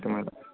okay madam